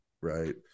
right